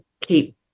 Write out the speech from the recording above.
keep